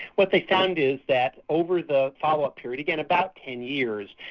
what they found is that over the follow up period, again about ten years,